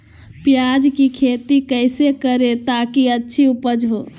प्याज की खेती कैसे करें ताकि अच्छी उपज हो?